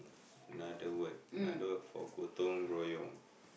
another word another word for gotong-royong